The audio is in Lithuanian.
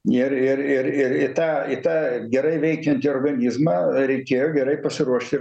ir ir ir ir į tą į tą gerai veikiantį organizmą reikėjo gerai pasiruošt ir